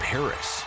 Paris